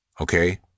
Okay